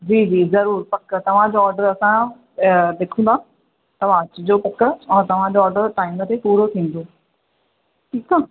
जी जी ज़रूरु पक तव्हांजो ऑडर असां लिखूं था तव्हां अचिजो पक ऐं तव्हांजो ऑडर टाइम ते पूरो थींदो ठीकु आहे